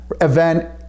event